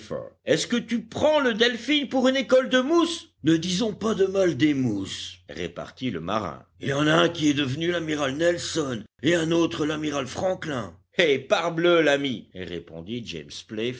est-ce que tu prends le delphin pour une école de mousses ne disons pas de mal des mousses repartit le marin il y en a un qui est devenu l'amiral nelson et un autre l'amiral franklin eh parbleu l'ami répondit james